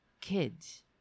kids